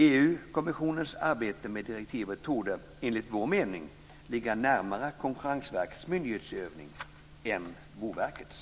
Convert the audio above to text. EU-kommissionens arbete med direktivet torde, enligt vår mening, ligga närmare Konkurrensverkets myndighetsutövning än Boverkets.